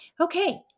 Okay